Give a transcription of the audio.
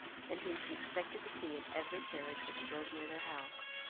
and whom she expected to see in every carriage which drove near their house.